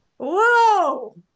Whoa